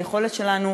היכולת שלנו